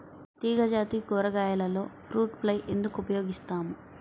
తీగజాతి కూరగాయలలో fruit fly ఎందుకు ఉపయోగిస్తాము?